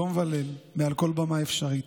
יום וליל, מעל כל במה אפשרית,